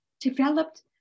developed